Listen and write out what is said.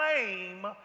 claim